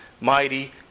mighty